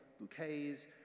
bouquets